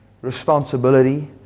responsibility